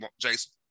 Jason